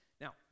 Now